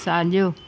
साॼो